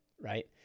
right